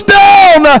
down